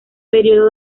periodo